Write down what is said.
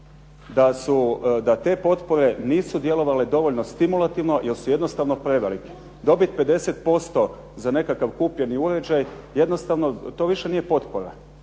da te potpore nisu djelovale dovoljno stimulativno jer su jednostavno prevelike. Dobit 50% za nekakvi kupljeni uređaj jednostavno to više nije potpora,